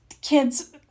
kids